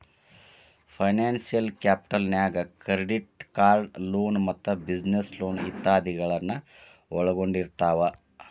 financial capital ನ್ಯಾಗ್ credit card loan ಮತ್ತ business loan ಇತಾದಿಗಳನ್ನ ಒಳ್ಗೊಂಡಿರ್ತಾವ